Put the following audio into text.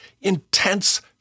intense